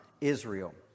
Israel